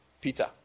Peter